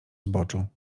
zboczu